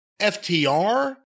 FTR